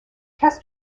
test